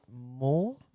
more